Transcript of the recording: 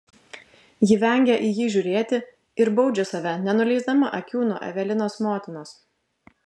ji vengia į jį žiūrėti ir baudžia save nenuleisdama akių nuo evelinos motinos